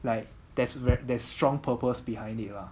like there's there's strong purpose behind it lah